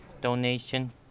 donation